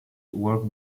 work